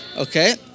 Okay